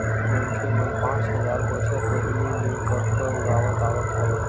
मनखे मन पाँच हजार बछर पहिली ले कपसा उगावत आवत हवय